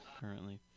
currently